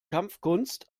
kampfkunst